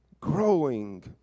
growing